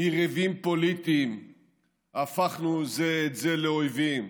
מיריבים פוליטיים הפכנו זה את זה לאויבים,